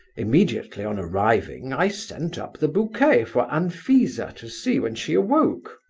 immediately on arriving i sent up the bouquet for anfisa to see when she awoke.